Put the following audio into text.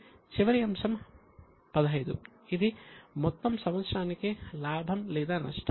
చివరి అంశం XV ఇది మొత్తం సంవత్సరానికి లాభం లేదా నష్టం